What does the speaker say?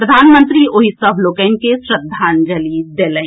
प्रधानमंत्री ओहि सभ लोकनि के श्रद्धांजलि देलनि